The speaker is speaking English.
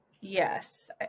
Yes